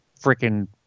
freaking